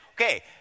Okay